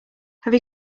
have